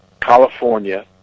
California